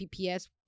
PPS